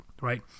right